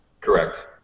Correct